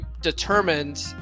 determined